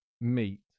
meet